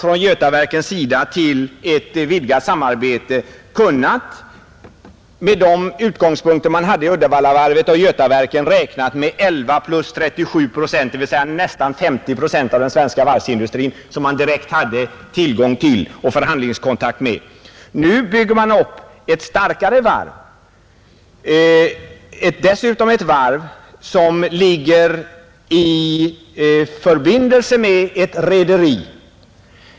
Uddevallavarvet och Götaverken svarar för nästan 50 procent av den svenska varvsindustrin. Nu bygger man upp ett nytt intresse i Götaverken, ett starkare varv som ligger i förbindelse med ett rederi.